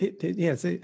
Yes